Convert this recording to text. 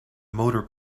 motor